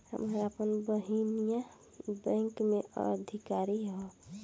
हमार आपन बहिनीई बैक में अधिकारी हिअ